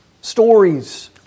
stories